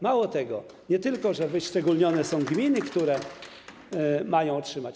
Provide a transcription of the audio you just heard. Mało tego, nie tylko wyszczególnione są gminy, które mają to otrzymać.